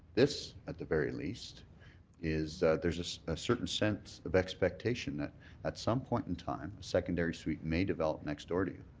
this at the very least is there's a ah certain sense of expectation that at some point in time secondary suite may develop next door to you.